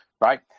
right